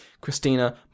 Christina